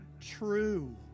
true